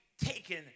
taken